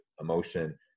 emotion